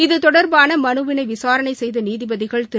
இது தொடர்பான மனுவினை விசாரணை செய்த நீதிபதிகள் திரு